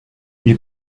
ils